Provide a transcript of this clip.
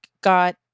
got